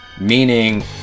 Meaning